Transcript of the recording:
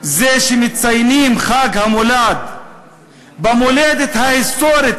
זה שמציינים את חג המולד במולדת ההיסטורית,